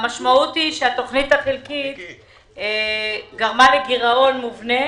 והמשמעות היא שהתוכנית החלקית גרמה לגרעון מובנה